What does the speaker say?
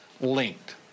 linked